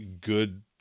good